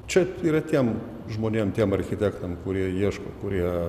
čia yra tiem žmonėm tiem architektam kurie ieško kurie